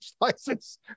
license